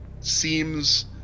seems